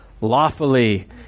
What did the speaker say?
lawfully